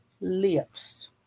lips